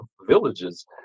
villages